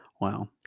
Wow